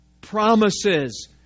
promises